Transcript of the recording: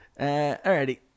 alrighty